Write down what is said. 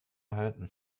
halten